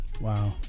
Wow